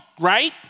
Right